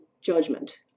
judgment